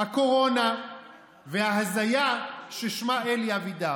הקורונה וההזיה ששמה אלי אבידר.